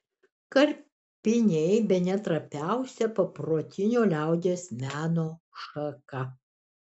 karpiniai bene trapiausia paprotinio liaudies meno šaka